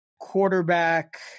quarterback